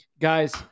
guys